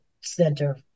Center